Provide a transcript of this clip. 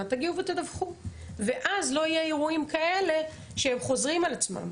תגיעו ותדווחו ואז לא יהיו אירועים כאלה שחוזרים על עצמם.